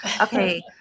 Okay